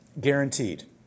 Guaranteed